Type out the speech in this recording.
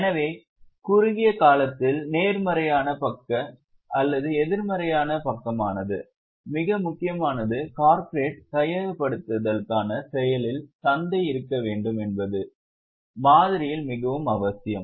எனவே குறுகிய காலத்தில் நேர்மறையான பக்க அல்லது எதிர்மறையான பக்கமானது மிக முக்கியமானது கார்ப்பரேட் கையகப்படுத்துதலுக்கான செயலில் சந்தை இருக்க வேண்டும் என்பது மாதிரியில் மிகவும் அவசியம்